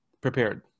prepared